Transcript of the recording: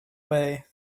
way